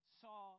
saw